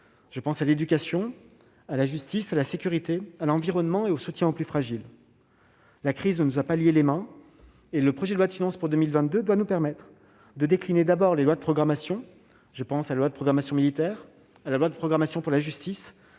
Je pense à l'éducation, à la justice, à la sécurité, à l'environnement et au soutien aux plus fragiles. La crise ne nous a pas lié les mains, et le projet de loi de finances pour 2022 doit nous permettre de décliner d'abord les lois de programmation- je pense à la loi de programmation militaire, à la loi de programmation pour la justice